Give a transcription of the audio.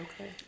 Okay